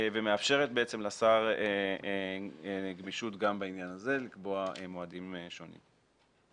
ומאפשרת לשר גמישות גם בעניין הזה לקבוע מועדים שונים.